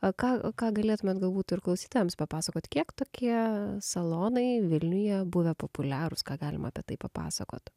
a ką ką galėtumėt galbūt ir klausytojams papasakot kiek tokie salonai vilniuje buvę populiarūs ką galima apie tai papasakot